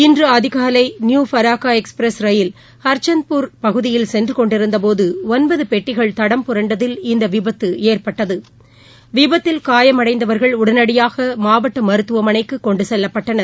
இன்று அதிகாலை New Farakka Express ரயில் ஹர்ச்சந்த்யூர் பகுதியில் சென்று கொண்டிருந்தபோது ஒன்பது பெட்டிகள் தடம் புரண்டதில் இந்த விபத்து ஏற்பட்டது விபத்தில் காயமடைந்தவர்கள் உடனடியாக மாவட்ட மருத்துவமளைக்கு கொண்டு செல்லப்பட்டனர்